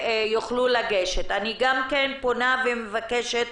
אני גם פונה ומבקשת